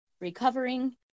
recovering